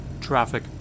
traffic